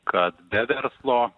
kad be verslo